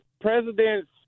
presidents